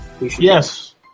Yes